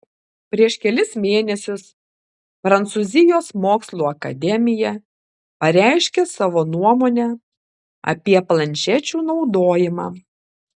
prieš kelis mėnesius prancūzijos mokslų akademija pareiškė savo nuomonę apie planšečių naudojimą